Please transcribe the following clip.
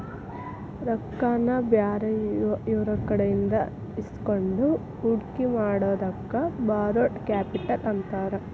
ರೊಕ್ಕಾನ ಬ್ಯಾರೆಯವ್ರಕಡೆಇಂದಾ ಇಸ್ಕೊಂಡ್ ಹೂಡ್ಕಿ ಮಾಡೊದಕ್ಕ ಬಾರೊಡ್ ಕ್ಯಾಪಿಟಲ್ ಅಂತಾರ